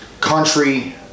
country